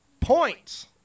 points